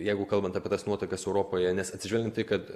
jeigu kalbant apie tas nuotaikas europoje nes atsižvelgian į tai kad